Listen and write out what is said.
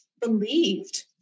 believed